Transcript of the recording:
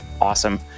awesome